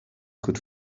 could